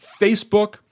Facebook